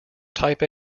type